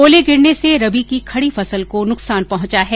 ओले गिरने से रबी की खडी फसल को नुकसान पहुंचा है